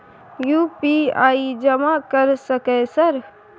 UPI जमा कर सके सर?